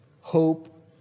hope